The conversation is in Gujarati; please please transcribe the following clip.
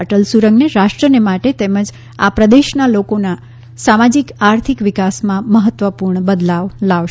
અટલ સુરંગ રાષ્ટ્રને માટે તેમજ આ પ્રદેશના લોકોના સામાજિક આર્થિક વિકાસમાં મહત્વપૂર્ણ બદલાવ લાવશે